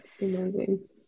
amazing